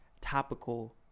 topical